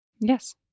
Yes